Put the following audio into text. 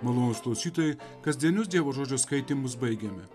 malonūs klausytojai kasdienius dievo žodžio skaitymus baigiame